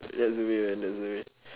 that's the way man that's the way